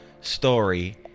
story